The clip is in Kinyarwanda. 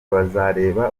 bazareba